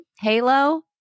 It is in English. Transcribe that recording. Halo